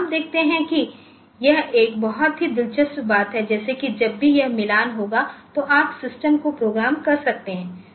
तो आप देखते हैं कि यह एक बहुत ही दिलचस्प बात है जैसे कि जब भी यह मिलान होगा तो आप सिस्टम को प्रोग्राम कर सकते हैं